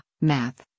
math